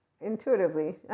intuitively